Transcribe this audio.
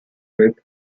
group